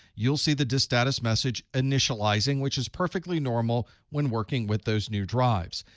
you'll see the disk status message initializing, which is perfectly normal when working with those new drives.